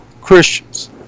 Christians